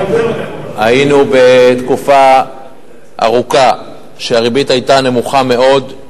תקופה ארוכה הריבית היתה נמוכה מאוד,